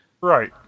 Right